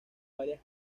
varias